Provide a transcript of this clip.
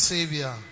Savior